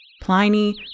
Pliny